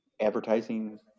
advertising